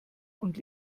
und